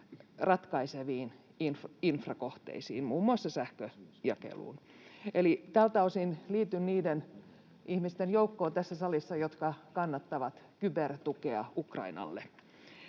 ratkaiseviin infrakohteisiin, muun muassa sähköjakeluun. Eli tältä osin liityn tässä salissa niiden ihmisten joukkoon, jotka kannattavat kybertukea Ukrainalle.